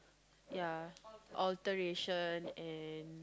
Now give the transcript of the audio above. ya alteration and